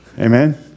Amen